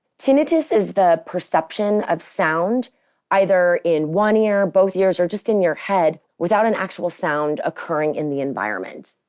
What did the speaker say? tinnitus is the perception of sound either in one ear, both ears, or just in your head, without an actual sound occurring in the environment.